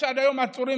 יש עד היום עצורים,